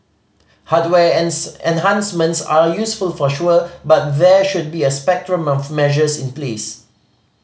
hardware enhancements are useful for sure but there should be a spectrum of measures in place